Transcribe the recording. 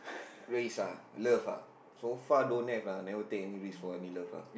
race ah love ah so far don't have lah never take any risk for any love lah